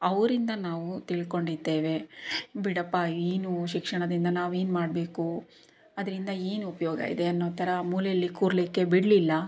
ಅವರಿಂದ ನಾವು ತಿಳ್ಕೊಂಡಿದ್ದೇವೆ ಬಿಡಪ್ಪ ಏನು ಶಿಕ್ಷಣದಿಂದ ನಾವೇನು ಮಾಡ್ಬೇಕು ಅದರಿಂದ ಏನು ಉಪಯೋಗ ಇದೆ ಅನ್ನೋ ಥರ ಮೂಲೇಲಿ ಕೂರಲಿಕ್ಕೆ ಬಿಡ್ಲಿಲ್ಲ